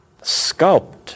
sculpt